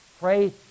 Pray